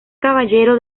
caballero